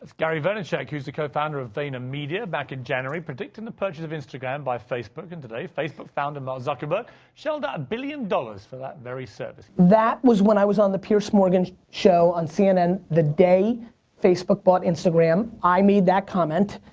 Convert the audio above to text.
gary vaynerchuck who's the co-founder of vaynermedia back in january predicted the purchase of instagram by facebook and today facebook founded by mark zuckerberg shelled out a billion dollars for that very service. that was when i was on the piers morgan show on cnn the day facebook bought instagram. i made that comment,